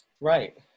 right